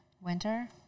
Winter